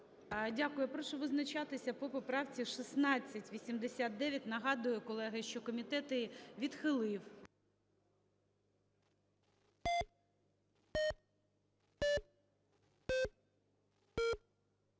Дякую. Прошу визначатися по поправці 1689. Нагадую, колеги, що комітет її відхилив.